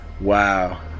Wow